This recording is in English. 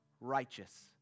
righteous